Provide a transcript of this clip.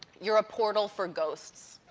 you're a portal for ghosts.